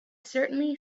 certainly